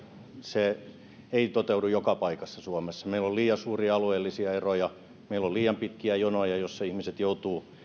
se ei toteudu joka paikassa suomessa meillä on liian suuria alueellisia eroja meillä on liian pitkiä jonoja joissa ihmiset joutuvat